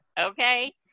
okay